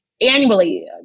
annually